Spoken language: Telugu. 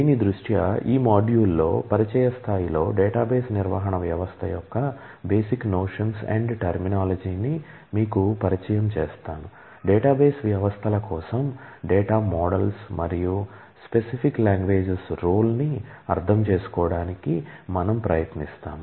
దీని దృష్ట్యా ఈ మాడ్యూల్లో పరిచయ స్థాయిలో డేటాబేస్ నిర్వహణ వ్యవస్థ యొక్క బేసిక్ నోషన్స్ అండ్ టెర్మినాలజీ ని అర్థం చేసుకోవడానికి మనం ప్రయత్నిస్తాము